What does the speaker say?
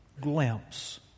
glimpse